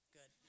Good